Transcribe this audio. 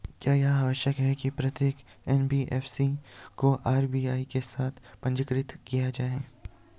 क्या यह आवश्यक है कि प्रत्येक एन.बी.एफ.सी को आर.बी.आई के साथ पंजीकृत किया जाए?